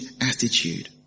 attitude